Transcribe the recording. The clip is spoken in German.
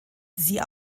sie